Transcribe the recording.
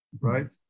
right